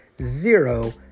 zero